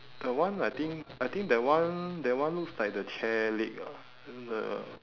that one I think I think that one that one looks like the chair leg ah then the